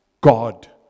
God